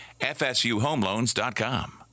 fsuhomeloans.com